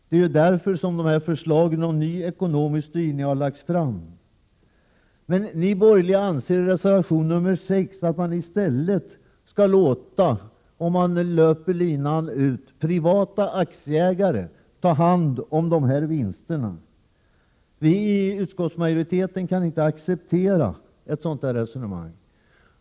Det är därför som förslagen om ny ekonomisk styrning har lagts fram. De borgerliga framför i reservation 6 en uppfattning som innebär att — när man har löpt linan ut — privata aktieägare skall få ta hand om vinsterna. Vi iutskottsmajoriteten kan inte acceptera ett sådant resonemang.